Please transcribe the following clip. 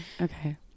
okay